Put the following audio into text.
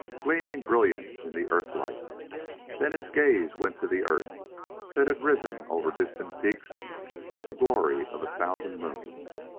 gleaming, brilliant in the earthlight then his gaze went to the earth that had risen over distant peaks with the glory of a thousand moons.